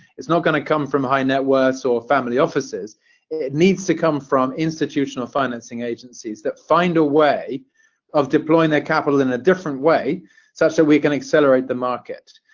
it's not going to come from high net worths or family offices it needs to come from institutional financing agencies that find a way of deploying their capital in a different way such that we can accelerate the market.